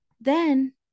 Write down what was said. then-